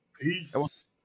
Peace